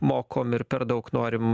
mokom ir per daug norim